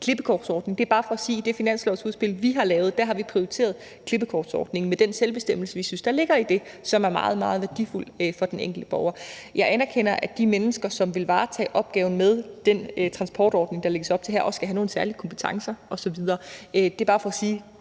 klippekortsordning. Det er bare for at sige, at i det finanslovsudspil, vi har lavet, har vi prioriteret klippekortsordningen med den selvbestemmelse, vi synes der ligger i det, som er meget, meget værdifuld for den enkelte borger. Jeg anerkender, at de mennesker, som vil varetage opgaven med den transportordning, der lægges op til her, også skal have nogle særlige kompetencer osv. Det er bare for at sige: